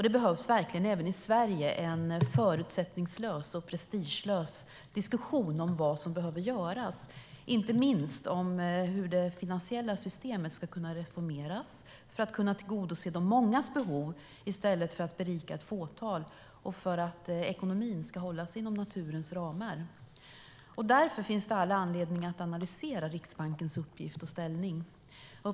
Det behövs verkligen även i Sverige en förutsättningslös och prestigelös diskussion om vad som behöver göras, inte minst om hur det finansiella systemet ska kunna reformeras för att kunna tillgodose de mångas behov i stället för att berika ett fåtal och för att ekonomin ska hålla sig inom naturens ramar. Därför finns det all anledning att analysera Riksbankens uppgift och ställning.